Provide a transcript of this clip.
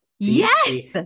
Yes